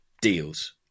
deals